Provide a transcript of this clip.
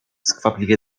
skwapliwie